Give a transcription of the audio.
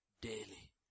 daily